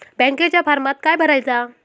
बँकेच्या फारमात काय भरायचा?